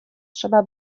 trzeba